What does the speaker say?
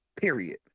period